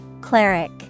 Cleric